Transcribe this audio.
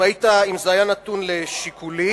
אם זה היה נתון לשיקולי,